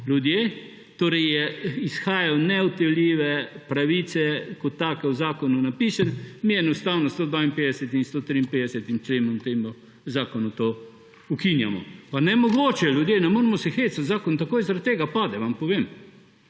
ljudje, torej izhajajo neodtujljive pravice kot take v zakonu napisane, mi enostavno s 152. in 152. členom v tem zakonu to ukinjamo. Pa nemogoče, ljudje, ne moremo se hecati! Zakon takoj zaradi tega pade, vam povem,